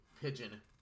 pigeon